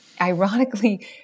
ironically